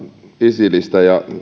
isilistä ja